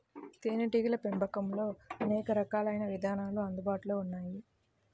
తేనీటీగల పెంపకంలో అనేక రకాలైన విధానాలు అందుబాటులో ఉన్నాయి